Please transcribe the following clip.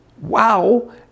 Wow